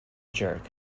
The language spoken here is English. jerk